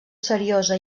seriosa